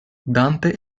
dante